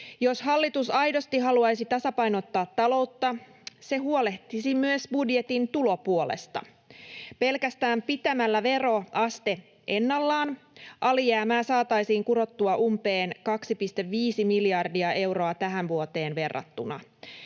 Jos hallitus aidosti haluaisi tasapainottaa taloutta, se huolehtisi myös budjetin tulopuolesta. Pelkästään pitämällä veroaste ennallaan alijäämää saataisiin kurottua umpeen 2,5 miljardia euroa tähän vuoteen verrattuna.